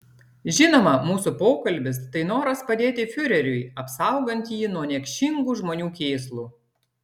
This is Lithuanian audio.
žinoma mūsų pokalbis tai noras padėti fiureriui apsaugant jį nuo niekšingų žmonių kėslų